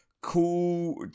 cool